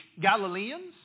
Galileans